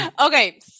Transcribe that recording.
okay